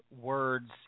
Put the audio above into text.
words